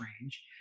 range